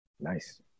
nice